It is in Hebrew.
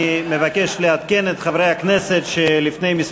אני מבקש לעדכן את חברי הכנסת שלפני ימים